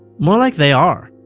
more like they are.